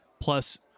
plus